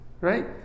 right